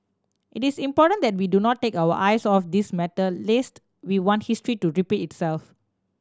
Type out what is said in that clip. it is important that we do not take our eyes off this matter lest we want history to repeat itself